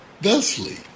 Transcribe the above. thusly